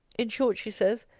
in short, she says,